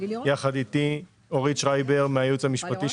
יחד איתי אורית שרייבר מהייעוץ המשפטי